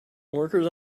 workers